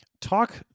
talk